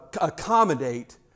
accommodate